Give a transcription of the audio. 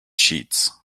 sheets